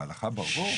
ההלכה ברור.